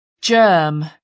Germ